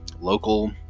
local